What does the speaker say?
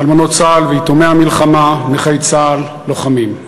אלמנות צה"ל ויתומי המלחמה, נכי צה"ל, לוחמים,